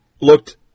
looked